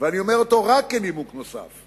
ואני אומר אותו רק כנימוק נוסף,